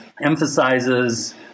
emphasizes